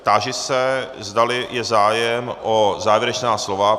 Táži se, zdali je zájem o závěrečná slova.